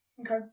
Okay